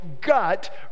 gut